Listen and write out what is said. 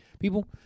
people